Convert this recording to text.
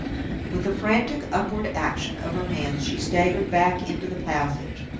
with a frantic upward action of her hands she staggered back into the passage.